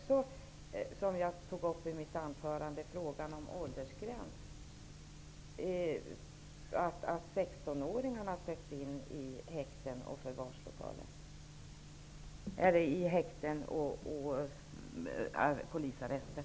Som jag tog upp i mitt anförande, är det också fråga om åldersgränser, dvs. att 16-åringar sätts in i häkten och polisarrester.